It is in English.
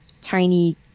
tiny